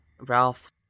Ralph